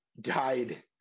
died